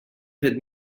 fet